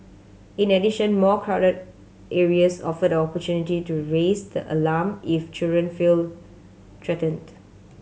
in addition more crowded areas offer an opportunity to raise the alarm if children feel threatened